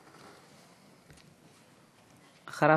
אחריו,